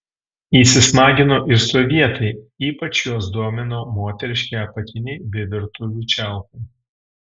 įsismagino ir sovietai ypač juos domino moteriški apatiniai bei virtuvių čiaupai